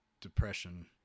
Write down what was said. depression